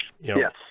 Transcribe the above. Yes